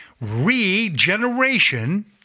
regeneration